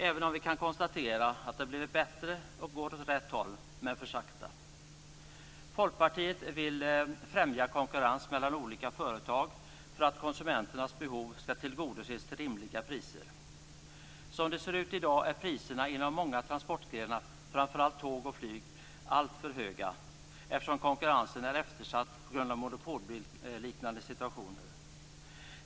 Även om vi kan konstatera att det har blivit bättre och att det går åt rätt håll, går det för sakta. Folkpartiet vill främja konkurrens mellan olika företag för att konsumenternas behov skall tillgodoses till rimliga priser. Som det ser ut i dag är priserna inom många transportgrenar, framför allt tåg och flyg, alltför höga eftersom konkurrensen är eftersatt på grund av monopolliknande situationer.